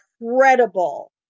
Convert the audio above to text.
incredible